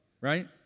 right